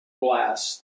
blast